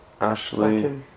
Ashley